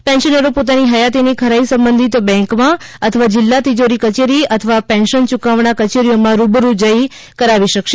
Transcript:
પેન્શનરો પોતાની હયાતીની ખરાઇ સબંઘિત બેંકમાં અથવા જિલ્લા તિજોરી કચેરી અથવા પેન્શન યુકવણા કચેરીઓમાં રૂબરૂ જઇ કરાવી શકશે